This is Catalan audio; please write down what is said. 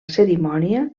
cerimònia